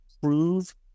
prove